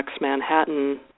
Manhattan